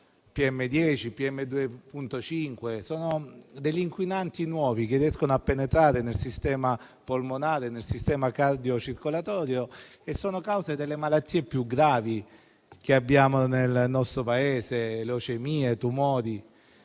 PM10 e PM2.5 sono degli inquinanti nuovi che riescono a penetrare nei sistemi polmonare e cardiocircolatorio e sono causa delle malattie più gravi che si registrano nel nostro Paese - leucemie e tumori